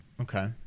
Okay